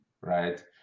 right